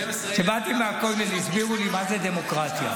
12,000 ימים --- כשבאתי מהכולל הסבירו לי מה זה דמוקרטיה.